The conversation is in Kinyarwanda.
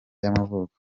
y’amavuko